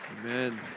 Amen